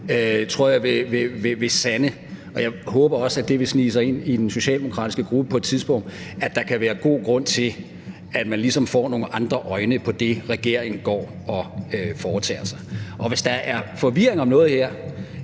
3 uger, vil sande – og jeg håber også, at det vil snige sig ind i den socialdemokratiske gruppe på et tidspunkt – at der kan være god grund til, at man ligesom får nogle andre øjne på det, regeringen går og foretager sig. Og hvis der er forvirring om noget her,